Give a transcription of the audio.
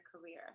career